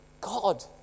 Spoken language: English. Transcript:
God